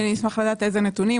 אני אשמח לדעת איזה נתונים.